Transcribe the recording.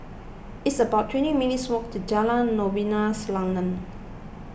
it's about twenty minutes' walk to Jalan Novena Selatan